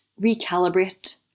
recalibrate